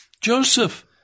Joseph